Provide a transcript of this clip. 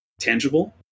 tangible